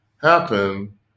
happen